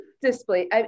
display